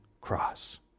cross